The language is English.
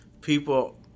people